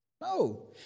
No